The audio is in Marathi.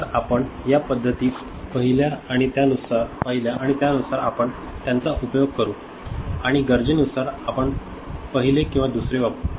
तर आपण या पद्धती पाहिल्या आणि त्यानुसार आपण त्यांचा उपयोग करू आणि गरजेनुसार आपण पहिले किंवा दुसरे वापरू शकतो